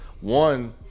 One